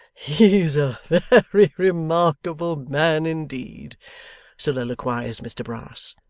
he's a very remarkable man indeed soliloquised mr brass.